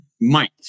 Mike